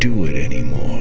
do it anymore